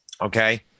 Okay